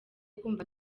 kumva